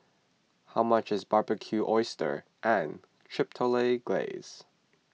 how much is Barbecued Oysters and Chipotle Glaze